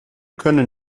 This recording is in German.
können